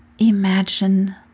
imagine